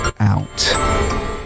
out